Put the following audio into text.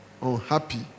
Unhappy